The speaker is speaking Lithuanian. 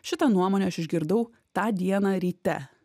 šitą nuomonę aš išgirdau tą dieną ryte